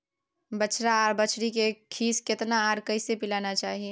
बछरा आर बछरी के खीस केतना आर कैसे पिलाना चाही?